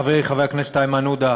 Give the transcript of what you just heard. לחברי חבר הכנסת איימן עודה,